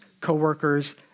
coworkers